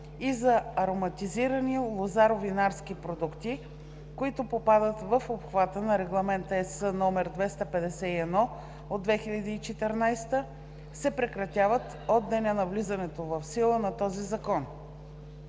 и за ароматизирани лозаро-винарски продукти, които попадат в обхвата на Регламент (ЕС) № 251/2014, се прекратяват от деня на влизането в сила на този закон.